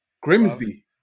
Grimsby